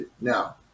now